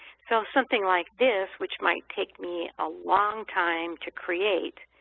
so something like this, which might take me a long time to create,